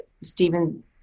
Stephen